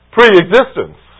Pre-existence